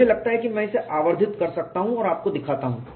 मुझे लगता है कि मैं इसे आवर्धित कर सकता हूं और आपको दिखाता हूं